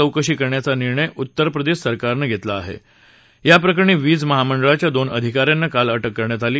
चौकशी करण्याचा निर्णय उत्तरप्रदृष्ट सरकारनं घरिला आह प्राप्रकरणी वीज महामंडळाच्या दोन अधिका यांना काल अटक करण्यात आली